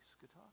guitar